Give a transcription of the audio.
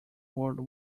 world